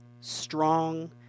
strong